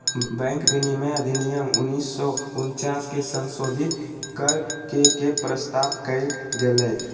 bank विनियमन अधिनियम उन्नीस सौ उनचास के संशोधित कर के के प्रस्ताव कइल गेलय